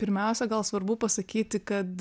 pirmiausia gal svarbu pasakyti kad